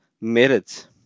merits